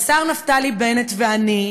השר נפתלי בנט ואני,